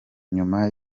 nyuma